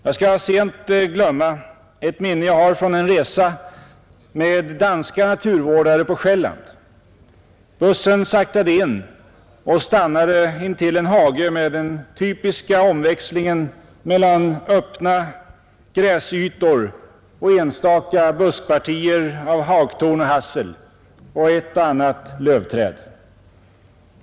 Jag skall sent glömma ett minne jag har från en resa med danska naturvårdare på Själland. Bussen saktade in och stannade intill en hage med den typiska omväxlingen mellan öppna gräsytor, enstaka buskpartier av hagtorn och hassel och ett och annat lövträd.